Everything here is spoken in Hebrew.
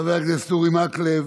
חבר הכנסת אורי מקלב,